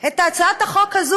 את הצעת החוק הזאת,